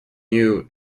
new